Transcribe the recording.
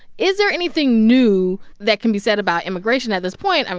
is there anything new that can be said about immigration at this point? i mean,